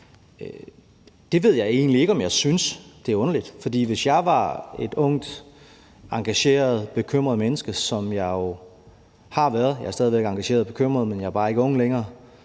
Det ved jeg egentlig ikke om jeg synes er underligt. Jeg var engang et ungt, engageret og bekymret menneske, så jeg kan sagtens forstå den følelse. For jeg er stadig væk engageret og bekymret, men jeg er bare ikke ung længere.